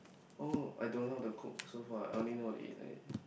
oh I don't know how to cook so far I only know how to eat leh